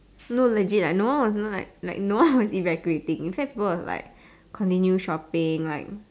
no legit like no one is going to like no one was evacuating in fact people were like continuing shopping like